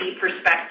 perspective